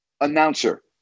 announcer